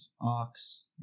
Ox